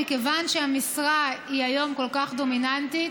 מכיוון שהמשרה היא היום כל כך דומיננטית,